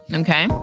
okay